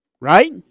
right